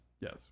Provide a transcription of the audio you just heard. Yes